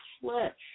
flesh